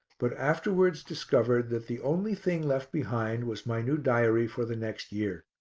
but afterwards discovered that the only thing left behind was my new diary for the next year.